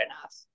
enough